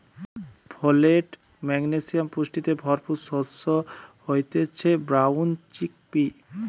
folate, magnesium পুষ্টিতে ভরপুর শস্য হতিছে ব্রাউন চিকপি